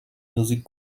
music